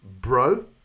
bro